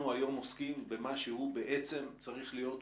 אנחנו היום עוסקים במשהו בעצם שצריך להיות אולי,